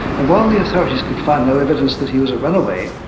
and while the authorities could find no evidence that he was a runaway,